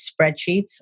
spreadsheets